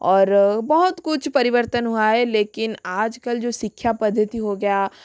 और बहुत कुछ परिवर्तन हुआ है लेकिन आजकल जो शिक्षा पद्धति हो गया